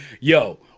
yo